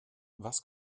was